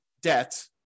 debt